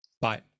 Bye